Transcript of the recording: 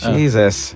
Jesus